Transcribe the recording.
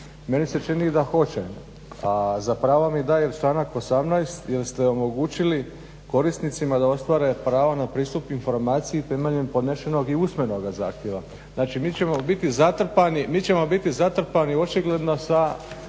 Meni se čini da hoće, a za pravo mi daje članak 18. jer ste omogućili korisnicima da ostvare prava na pristup informaciji temeljem podnesenog i usmenog zahtjeva. Znači mi ćemo biti zatrpani očigledno sa